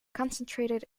concentrated